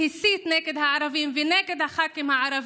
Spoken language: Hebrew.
שהסית נגד הערבים ונגד הח"כים הערבים.